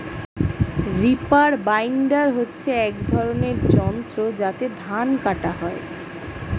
reaper binder হচ্ছে এক ধরনের যন্ত্র যাতে ধান কাটা হয়